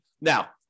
Now